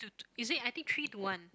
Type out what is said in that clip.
two is it I think three to one